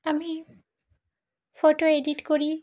আমি photo edit করি